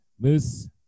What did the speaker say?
Moose